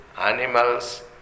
animals